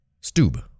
Stube